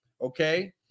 okay